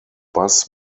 bus